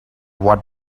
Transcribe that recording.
what